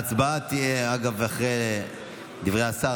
ההצבעה תהיה אחרי דברי השר,